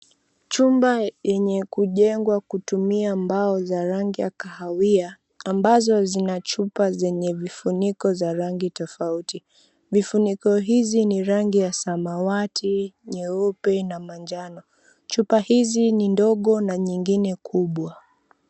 Chumba yenye kujengwa kutumia mbao za rangi ya kahawia ambazo zina chupa zenye vifuniko za rangi tofauti. Vifuniko hizi ni rangi ya samawati, nyeupe na manjano. Chupa hizi ni ndogo na nyingine kubwa.